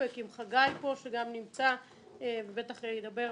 אופק עם חגי גרוס שגם נמצא פה ובטח ידבר.